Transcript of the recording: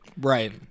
right